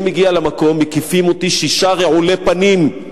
אני מגיע למקום, מקיפים אותי שישה רעולי פנים,